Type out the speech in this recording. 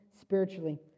spiritually